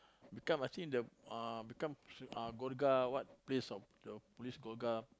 become I think the uh become uh what place of the police